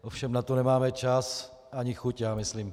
Ovšem na to nemáme čas ani chuť, já myslím.